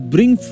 Bring